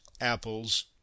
apples